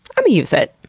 i'mma use it.